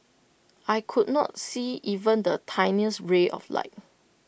I could not see even the tiniest ray of light